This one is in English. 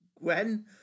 Gwen